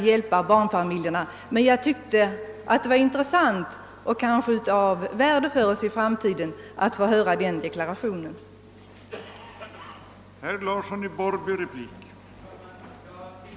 Jag tyckte det var intressant och av värde för oss i framtiden att få höra den deklarationen från herr Larsson.